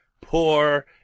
poor